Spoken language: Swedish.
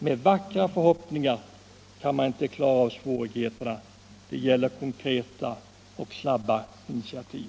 Med vackra förhoppningar kan man inte klara av svårigheterna — det gäller att ta konkreta och snabba initiativ.